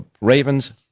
Ravens